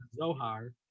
Zohar